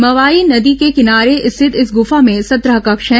मवाई नदी के किनारे स्थित इस गुफा में संत्रेह कक्ष है